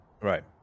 Right